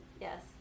Yes